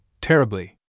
Terribly